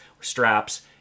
straps